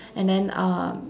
and then uh